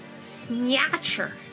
Snatcher